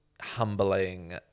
humbling